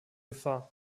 gefahr